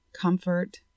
comfort